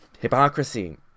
Hypocrisy